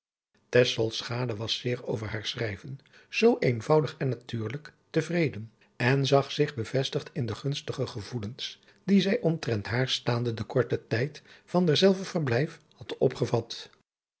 was zeer over haar schrijven zoo eenvoudig en natuurlijk te vreden en zag zich bevestigd in de gunstige gevoelens die zij omtrent haar staande den korten tijd van derzelver verblijf had opgevat